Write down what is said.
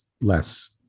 less